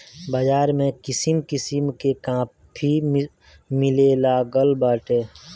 बाज़ार में किसिम किसिम के काफी मिलेलागल बाटे